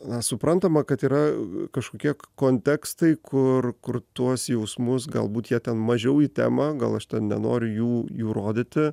na suprantama kad yra kažkokie kontekstai kur kur tuos jausmus galbūt jie ten mažiau į temą gal aš ten nenoriu jų jų rodyti